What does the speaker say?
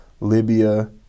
Libya